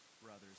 brothers